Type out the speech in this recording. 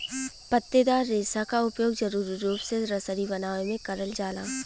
पत्तेदार रेसा क उपयोग जरुरी रूप से रसरी बनावे में करल जाला